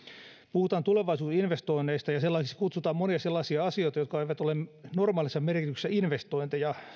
puhutaan tulevaisuuden investoinneista ja sellaisiksi kutsutaan monia sellaisia asioita jotka eivät ole normaalissa merkityksessä investointeja